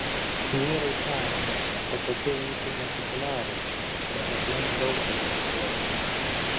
vyrai sakė kad tokie ūsai nepopuliarūs bet aplink daug tokių ūsuočių